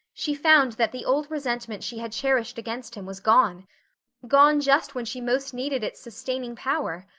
she found that the old resentment she had cherished against him was gone gone just when she most needed its sustaining power.